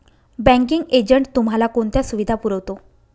Banking agent तुम्हाला कोणत्या सुविधा पुरवतो?